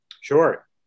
sure